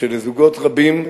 שלזוגות רבים,